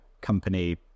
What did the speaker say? company